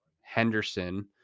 Henderson